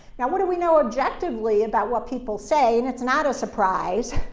now, what do we know objectively about what people say? and it's not a surprise.